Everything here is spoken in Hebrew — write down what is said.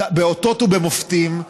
באותות ובמופתים,